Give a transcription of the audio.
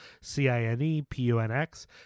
C-I-N-E-P-U-N-X